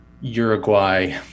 Uruguay